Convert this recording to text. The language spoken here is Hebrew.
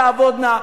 תעבודנה,